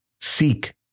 Seek